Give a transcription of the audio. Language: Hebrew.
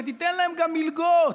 שתיתן להם גם מלגות.